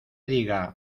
diga